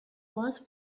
was